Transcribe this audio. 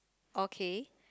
okay